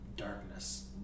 Darkness